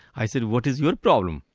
i said, what is your problem?